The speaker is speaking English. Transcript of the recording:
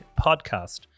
podcast